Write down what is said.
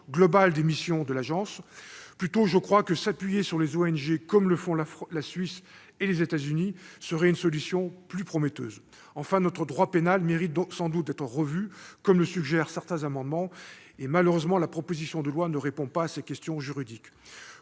globale des missions de l'Agence. Il me semble que s'appuyer sur les ONG, comme le font la Suisse et les États-Unis, serait plus prometteur. Enfin, notre droit pénal mérite sans doute d'être revu, comme le suggèrent les auteurs de certains amendements. Malheureusement, la proposition de loi ne répond pas à ces questions juridiques.